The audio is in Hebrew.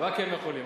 רק הם יכולים,